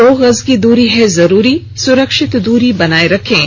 दो गज की दूरी है जरूरी सुरक्षित दूरी बनाए रखें